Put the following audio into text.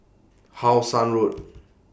How Sun Road